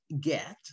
get